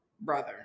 brother